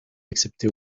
accepté